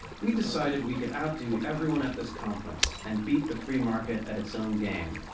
we decided we could outdo everyone at this conference and beat the free market at its own game.